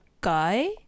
guy